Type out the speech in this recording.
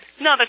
No